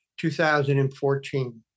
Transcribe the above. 2014